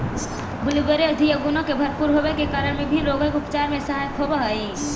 blueberry औषधीय गुणों से भरपूर होवे के कारण विभिन्न रोगों के उपचार में सहायक होव हई